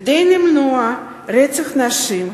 כדי למנוע רצח נשים,